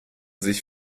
sich